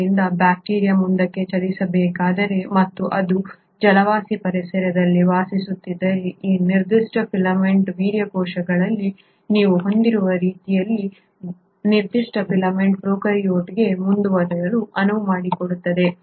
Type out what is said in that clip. ಆದ್ದರಿಂದ ಬ್ಯಾಕ್ಟೀರಿಯಾವು ಮುಂದಕ್ಕೆ ಚಲಿಸಬೇಕಾದರೆ ಮತ್ತು ಅದು ಜಲವಾಸಿ ಪರಿಸರದಲ್ಲಿ ವಾಸಿಸುತ್ತಿದ್ದರೆ ಈ ನಿರ್ದಿಷ್ಟ ಫೀಲಮೆಂಟ್ ವೀರ್ಯ ಕೋಶಗಳಲ್ಲಿ ನೀವು ಹೊಂದಿರುವ ರೀತಿಯಲ್ಲಿ ಈ ನಿರ್ದಿಷ್ಟ ಫೀಲಮೆಂಟ್ ಪ್ರೊಕಾರ್ಯೋಟ್ಗೆ ಮುಂದುವರಿಯಲು ಅನುವು ಮಾಡಿಕೊಡುತ್ತದೆ